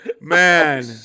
Man